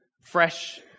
fresh